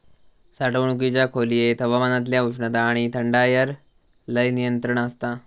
साठवणुकीच्या खोलयेत हवामानातल्या उष्णता आणि थंडायर लय नियंत्रण आसता